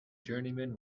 journeyman